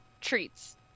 Treats